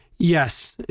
Yes